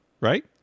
Right